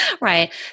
Right